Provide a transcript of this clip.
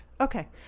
Okay